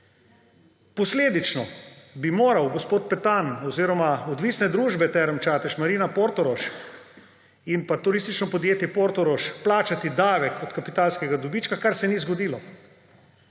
Posledično bi moral gospod Petan oziroma odvisne družbe Terme Čatež, Marina Portorož in Turistično podjetje Portorož plačati davek od kapitalskega dobička, kar se ni zgodilo.